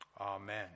amen